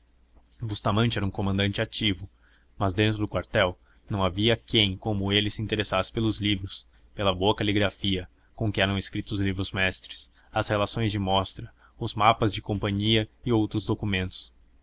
bustamante bustamante era um comandante ativo mas dentro do quartel não havia quem como ele se interessasse pelos livros pela boa caligrafia com que eram escritos os livros mestres as relações de mostra os mapas de companhia e outros documentos